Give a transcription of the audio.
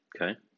Okay